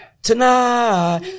Tonight